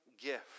gift